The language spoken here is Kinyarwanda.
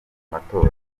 amatora